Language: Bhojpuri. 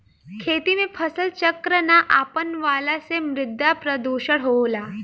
खेती में फसल चक्र ना अपनवला से मृदा प्रदुषण होला